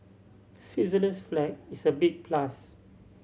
Switzerland's flag is a big plus